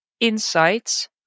insights